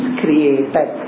created